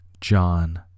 John